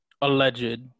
alleged